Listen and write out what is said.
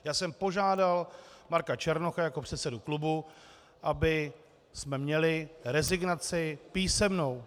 Já jsem požádal Marka Černocha jako předsedu klubu, abychom měli rezignaci písemnou.